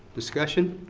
discussion?